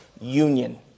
union